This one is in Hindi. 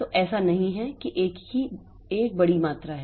तो ऐसा नहीं है कि एक बड़ी मात्रा है